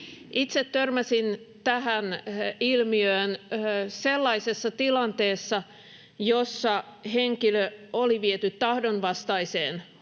Itse törmäsin tähän ilmiöön sellaisessa tilanteessa, jossa henkilö oli viety tahdonvastaiseen hoitoon,